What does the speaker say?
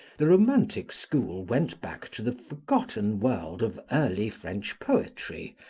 the romantic school went back to the forgotten world of early french poetry,